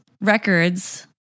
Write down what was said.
records